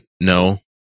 No